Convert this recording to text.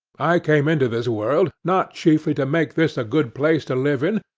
i came into this world, not chiefly to make this a good place to live in,